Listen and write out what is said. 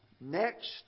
Next